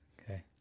okay